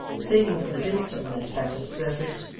saving for the dints upon its battered surface,